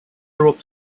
wrote